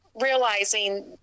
realizing